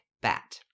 bat